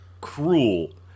cruel